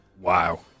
Wow